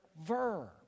verb